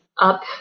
up